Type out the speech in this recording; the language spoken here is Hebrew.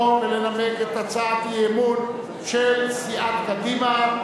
ולנמק את הצעת האי-אמון של סיעת קדימה,